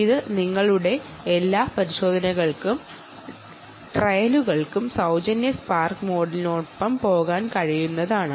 ഇത് നിങ്ങളുടെ എല്ലാ പരിശോധനകൾക്കും ട്രയലുകൾക്കും സൌജന്യ സ്പാർക്ക് മോഡലിനൊപ്പം പോകാൻ കഴിയുന്നതുമാണ്